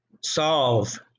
solve